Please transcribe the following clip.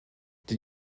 did